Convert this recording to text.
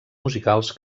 musicals